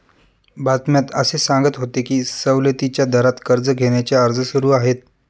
बातम्यात असे सांगत होते की सवलतीच्या दरात कर्ज घेण्याचे अर्ज सुरू आहेत